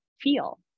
feel